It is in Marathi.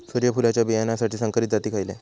सूर्यफुलाच्या बियानासाठी संकरित जाती खयले?